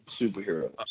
superheroes